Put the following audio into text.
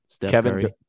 Kevin